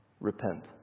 Repent